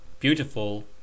Beautiful